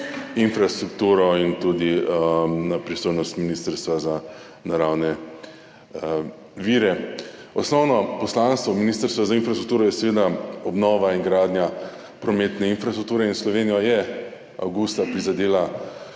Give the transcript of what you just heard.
infrastrukturo in tudi na pristojnost Ministrstva za naravne vire in prostor. Osnovno poslanstvo Ministrstva za infrastrukturo je seveda obnova in gradnja prometne infrastrukture in Slovenijo je avgusta prizadela